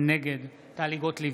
נגד טלי גוטליב,